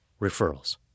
referrals